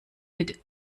mit